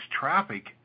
traffic